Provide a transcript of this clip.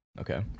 okay